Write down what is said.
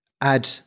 add